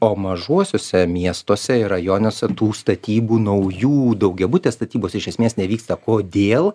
o mažuosiuose miestuose ir rajonuose tų statybų naujų daugiabutės statybos iš esmės nevyksta kodėl